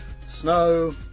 snow